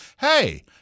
hey